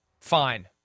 Fine